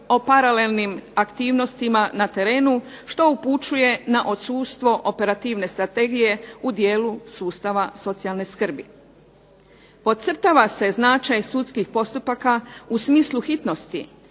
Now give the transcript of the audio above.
o paralelnim aktivnostima na terenu što upućuje na odsustvo operativne strategije u dijelu sustava socijalne skrbi. Podcrtava se značaj sudskih postupaka u smislu hitnosti